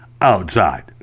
outside